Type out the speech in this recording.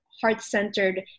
heart-centered